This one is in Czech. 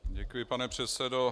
Děkuji, pane předsedo.